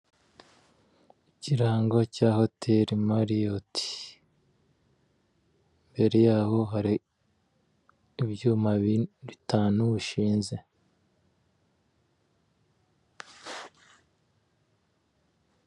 Ikirango cya hoteli mariyoti. Imbere yaho ahri ibyuma bitanu bishinze.